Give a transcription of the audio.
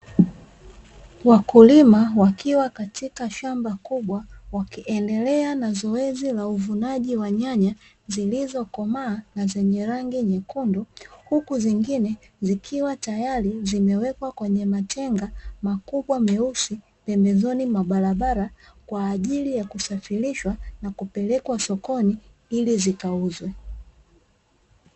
Wakulima wakiwa katika shamba kubwa wakiendelea na zoezi la uvunaji wa nyanya zilizokomaa na zenye rangi nyekundu, huku zingine zikiwa tayari zimewekwa kwenye matenga makubwa meusi, pembezoni mwa barabara kwa ajili ya kusafirishwa na kupelekwa sokoni ili zikauzwe.